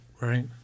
Right